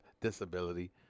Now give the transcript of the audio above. disability